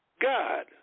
God